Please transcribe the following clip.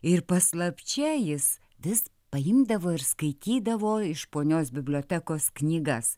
ir paslapčia jis vis paimdavo ir skaitydavo iš ponios bibliotekos knygas